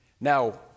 Now